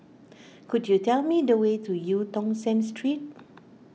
could you tell me the way to Eu Tong Sen Street